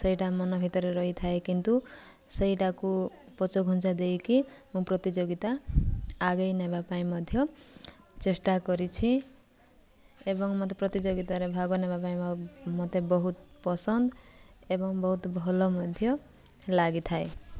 ସେଇଟା ମନ ଭିତରେ ରହିଥାଏ କିନ୍ତୁ ସେଇଟାକୁ ପଛଘୁଞ୍ଚା ଦେଇକି ମୁଁ ପ୍ରତିଯୋଗିତା ଆଗେଇ ନେବାପାଇଁ ମଧ୍ୟ ଚେଷ୍ଟା କରିଛି ଏବଂ ମୋତେ ପ୍ରତିଯୋଗିତାରେ ଭାଗ ନେବା ପାଇଁ ମୋତେ ବହୁତ ପସନ୍ଦ ଏବଂ ବହୁତ ଭଲ ମଧ୍ୟ ଲାଗିଥାଏ